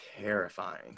terrifying